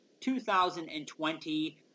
2020